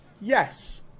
yes